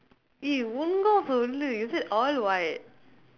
you ஒழுங்கா சொல்லு:ozhungaa sollu you said all white